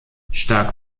stark